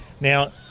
Now